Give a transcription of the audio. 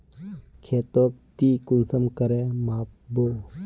खेतोक ती कुंसम करे माप बो?